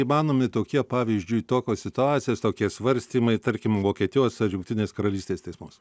įmanomi tokie pavyzdžiui tokios situacijos tokie svarstymai tarkim vokietijos ar jungtinės karalystės teismuos